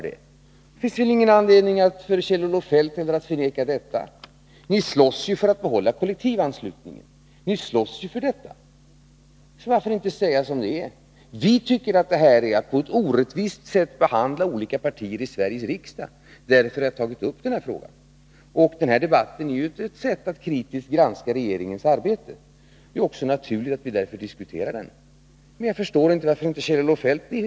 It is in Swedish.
Det finns väl ingen anledning för Kjell-Olof Feldt att förneka detta. Ni slåss ju för att behålla kollektivanslutningen. Så varför inte säga som det är i det här fallet? Vi tycker att detta är att på ett orättvist sätt behandla olika partier i Sveriges riksdag. Därför har vi tagit upp den här frågan. Denna debatt är ett sätt att kritiskt granska regeringens arbete. Det är därför naturligt att vi diskuterar den här frågan.